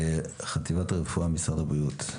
חטיבת הרפואה משרד הבריאות,